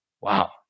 wow